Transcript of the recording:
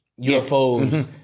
UFOs